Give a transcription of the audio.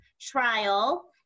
trial